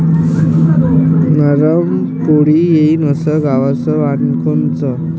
नरम पोळी येईन अस गवाचं वान कोनचं?